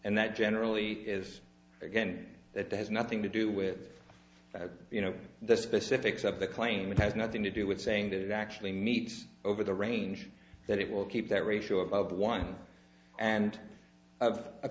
and that generally is again that has nothing to do with you know the specifics of the claim it has nothing to do with saying that it actually meets over the range that it will keep that ratio of one and